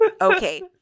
okay